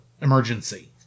Emergency